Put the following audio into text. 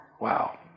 Wow